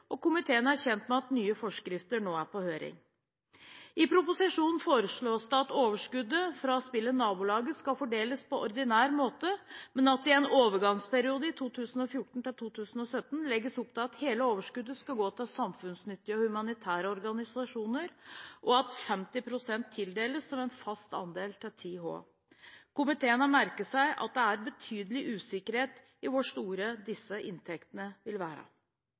og komiteen er kjent med at nye forskrifter nå er på høring. I proposisjonen foreslås det at overskuddet fra spillet Nabolaget skal fordeles på ordinær måte, men at det i en overgangsperiode fra 2014 til 2017 legges opp til at hele overskuddet skal gå til samfunnsnyttige og humanitære organisasjoner, og at 50 pst. tildeles 10H som en fast andel. Komiteen har merket seg at det er betydelig usikkerhet om hvor store disse inntektene vil være.